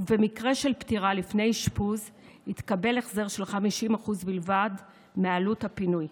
ובמקרה של פטירה לפני אשפוז יתקבל החזר של 50% בלבד מעלות הפינוי.